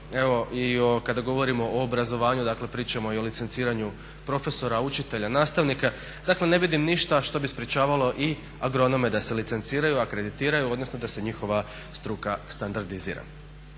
evo kada govorimo o obrazovanju, pričamo i o licenciranju profesora, učitelja, nastavnika. Dakle ne vidim ništa što bi sprječavalo i agronome da se licenciraju, akreditiraju odnosno da se njihova struka standardizira.